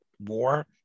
war